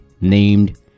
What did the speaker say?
named